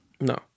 No